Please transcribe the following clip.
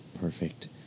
perfect